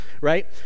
right